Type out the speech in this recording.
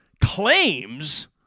claims